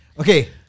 Okay